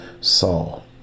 Saul